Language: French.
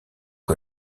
que